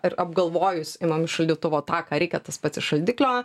ir apgalvojus imam iš šaldytuvo tą ką reikia tas pats šaldiklio